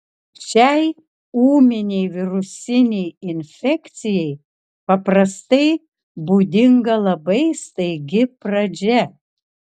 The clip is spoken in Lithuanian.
šiai ūminei virusinei infekcijai paprastai būdinga labai staigi pradžia